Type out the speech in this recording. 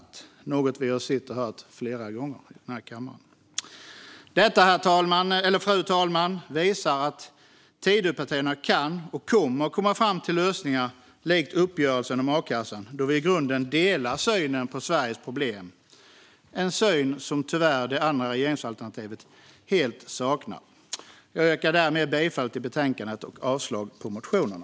Det är något vi sett och hört flera gånger i den här kammaren. Detta, fru talman, visar att Tidöpartierna kan och kommer att komma fram till lösningar likt uppgörelsen om a-kassan, då vi i grunden delar synen på Sveriges problem, en syn som tyvärr det andra regeringsalternativet helt saknar. Jag yrkar därmed bifall till utskottets förslag i betänkandet och avslag på motionerna.